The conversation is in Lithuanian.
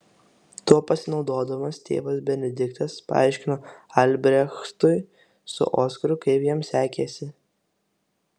tuo pasinaudodamas tėvas benediktas paaiškino albrechtui su oskaru kaip jam sekėsi